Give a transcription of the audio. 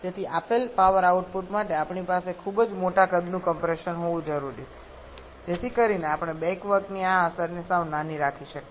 તેથી આપેલ power output માટે આપણી પાસે ખૂબ જ મોટા કદનું કમ્પ્રેસર હોવું જરૂરી છે જેથી કરીને આપણે બેક વર્કની આ અસરને સાવ નાની રાખી શકીએ